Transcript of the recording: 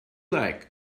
like